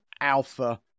alpha